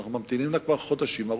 שאנחנו ממתינים לה כבר חודשים ארוכים?